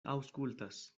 aŭskultas